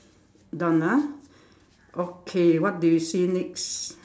done ah okay what do you see next